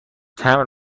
تمبر